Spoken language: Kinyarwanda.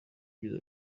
ibyiza